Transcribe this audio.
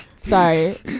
Sorry